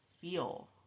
feel